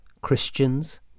christians